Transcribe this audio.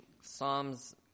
Psalms